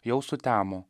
jau sutemo